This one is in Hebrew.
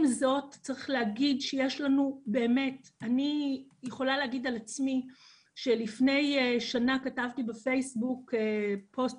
אני יכולה להגיד על עצמי שלפני שנה כתבתי בפייסבוק פוסט